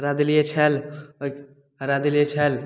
हरा देलियै छल हरा देलियै छल